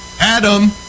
Adam